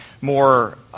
more